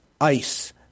ice